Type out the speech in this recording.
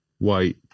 white